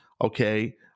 Okay